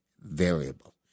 variable